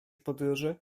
podróży